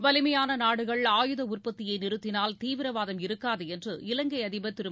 வலிமையான நாடுகள் ஆயுத உற்பத்தியை நிறுத்தினால் தீவிரவாதம் இருக்காது என்று இலங்கை அதிபர் திரூ